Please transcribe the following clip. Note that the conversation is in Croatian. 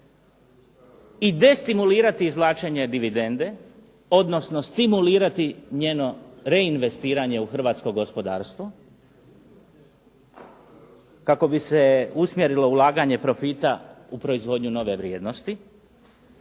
i destimulirati izvlačenje dividende odnosno stimulirati njeno reinvestiranje u hrvatsko gospodarstvo kako bi se usmjerilo ulaganje profita u proizvodnju nove vrijednosti